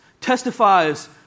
testifies